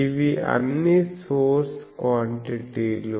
ఇవి అన్ని సోర్స్ క్వాంటిటీలు